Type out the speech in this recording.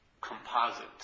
composite